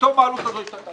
שפתאום העלות הזאת השתנתה.